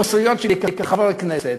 בוסריות שלי כחבר כנסת.